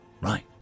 right